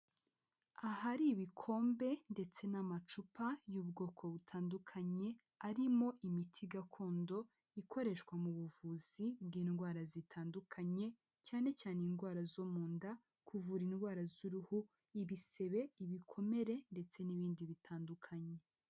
Ahari ibikombe ndetse n'amacupa y'ubwoko butandukanye, arimo imiti gakondo ikoreshwa mu buvuzi bw'indwara zitandukanye, cyane cyane indwara zo mu nda, kuvura indwara z'uruhu, ibisebe, ibikomere ndetse n'ibindi bitandukanye.